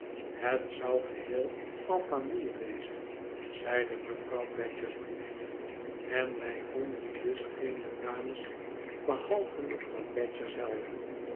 het zou geheel en familie wezen zeide mevrouw badger's briefje en wij vonden dus geene dames behalve mevrouw badger zelve